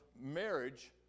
marriage